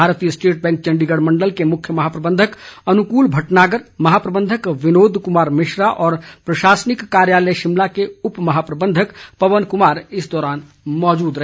भारतीय state bank Chandigarh मण्डल के मुख्य महाप्रबंधक अनुकूल भटनागर महाप्रबंधक बिनोद कुमार मिश्रा और प्रशासनिक कार्यालय शिमला के उप महाप्रबंधक पवन कुमार इस दौरान मौजूद रहे